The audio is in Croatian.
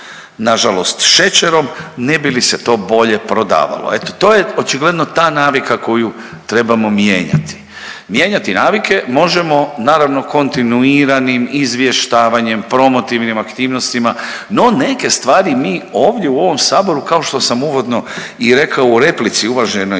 nažalost šećerom ne bi li se to bolje prodavalo. Eto to je očigledno ta navika koju trebamo mijenjati. Mijenjati navike možemo naravno kontinuiranim izvještavanjem, promotivnim aktivnostima no neke stvari mi ovdje u ovom Saboru kao što sam uvodno i rekao u replici uvaženoj